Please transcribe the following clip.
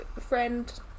Friend